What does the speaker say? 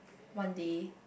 one day